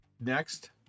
Next